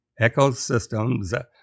ecosystems